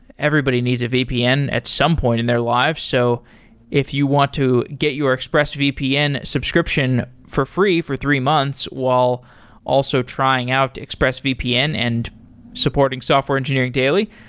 everybody needs at vpn at some point in their life. so if you want to get your expressvpn subscription for free for three months while also trying out expressvpn and supporting software engineering daily,